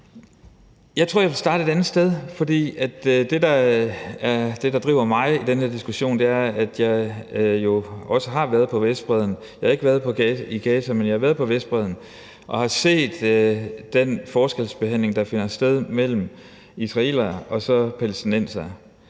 Jeg tror, jeg vil starte et andet sted, for det, der driver mig i den her diskussion, er, at jeg jo også har været på Vestbredden. Jeg har ikke været i Gaza, men jeg har været på Vestbredden og har set den forskelsbehandling, der finder sted mellem israelere og palæstinensere.